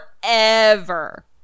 forever